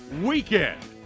weekend